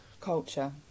Culture